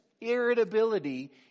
irritability